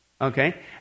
Okay